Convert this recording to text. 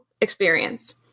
experience